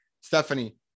Stephanie